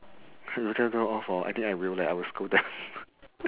tell them off hor I think I will leh I will scold them